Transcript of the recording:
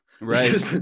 Right